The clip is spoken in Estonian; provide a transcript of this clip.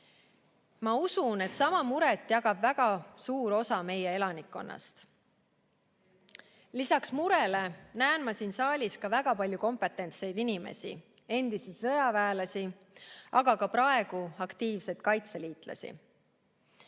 Ma usun, et sama muret jagab väga suur osa meie elanikkonnast. Lisaks murele näen ma siin saalis väga palju kompetentseid inimesi, endisi sõjaväelasi, aga ka praegu aktiivseid kaitseliitlasi.